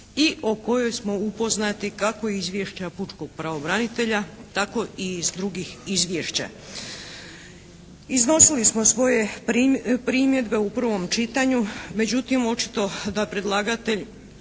i o kojoj smo upoznati kako izvješća pučkog pravobranitelja, tako i iz drugih izvješća. Iznosili smo svoje primjedbe u prvom čitanju, međutim očito da predlagatelj